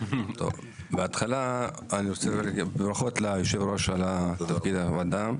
ברכות ליושב-ראש הוועדה.